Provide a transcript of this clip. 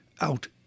out